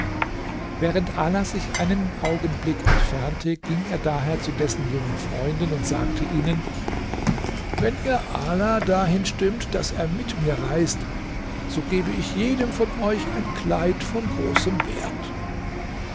während ala sich einen augenblick entfernte ging er daher zu dessen jungen freunden und sagte ihnen wenn ihr ala dahin stimmt daß er mit mir reist so gebe ich jedem von euch ein kleid von großem wert